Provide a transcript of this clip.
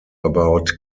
about